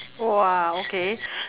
!wah! okay